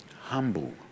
humble